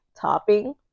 topping